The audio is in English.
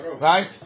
Right